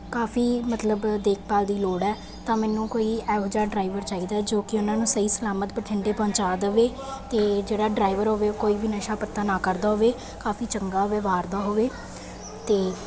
ਕਾਫੀ ਮਤਲਬ ਦੇਖਭਾਲ ਦੀ ਲੋੜ ਹੈ ਤਾਂ ਮੈਨੂੰ ਕੋਈ ਇਹੋ ਜਿਹਾ ਡਰਾਈਵਰ ਚਾਹੀਦਾ ਜੋ ਕਿ ਉਹਨਾਂ ਨੂੰ ਸਹੀ ਸਲਾਮਤ ਬਠਿੰਡੇ ਪਹੁੰਚਾ ਦਵੇ ਤੇ ਜਿਹੜਾ ਡਰਾਈਵਰ ਹੋਵੇ ਕੋਈ ਵੀ ਨਸ਼ਾ ਪੱਤਾ ਨਾ ਕਰਦਾ ਹੋਵੇ ਕਾਫੀ ਚੰਗਾ ਵਿਵਹਾਰ ਦਾ ਹੋਵੇ ਤੇ